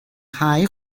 nghae